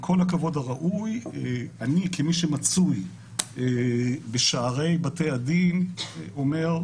ככל שמדובר באמת בדיווח ליועמ"ש,